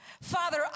father